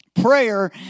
prayer